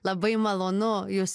labai malonu jus